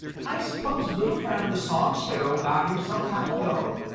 i suppose little friend the song sparrow got here some time ago,